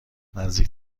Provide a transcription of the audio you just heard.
نزدیک